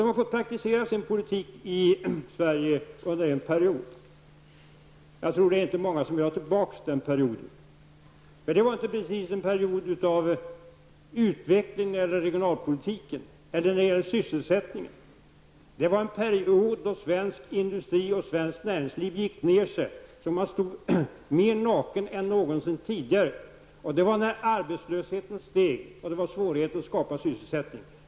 De har fått praktisera sin politik i Sverige under en period. Jag tror att det inte är många som vill ha tillbaka den perioden. Det var inte precis en period av utveckling när det gäller regionalpolitiken eller när det gäller sysselsättningen. Det var en period då svensk industri och svenskt näringsliv gick ner sig, då man stod mer naken än någonsin tidigare. Det var när arbetslösheten steg och det var svårt att skapa sysselsättning.